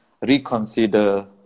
reconsider